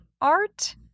art